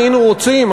היינו רוצים,